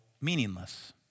meaningless